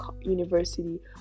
university